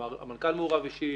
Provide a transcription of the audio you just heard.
המנכ"ל מעורב אישית,